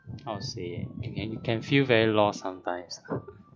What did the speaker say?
how to say you can you can feel very lost sometimes